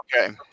Okay